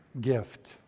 gift